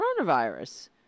coronavirus